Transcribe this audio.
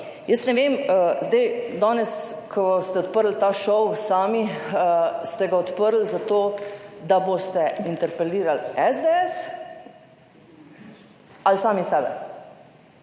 jaz ne vem, zdaj, danes, ko ste odprli ta šov, sami ste ga odprli zato, da boste interpelirali SDS ali sami sebe.